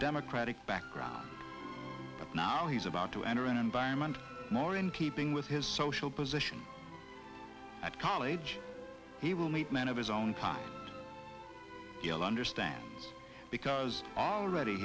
but now he's about to enter an environment more in keeping with his social position at college he will meet many of his own time he'll understand because already